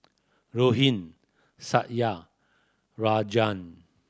Rohit Satya Rajan